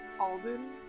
Alden